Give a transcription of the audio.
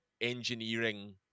engineering